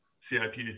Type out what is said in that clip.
CIP